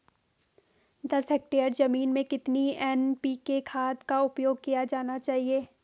दस हेक्टेयर जमीन में कितनी एन.पी.के खाद का उपयोग किया जाना चाहिए?